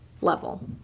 level